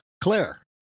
Claire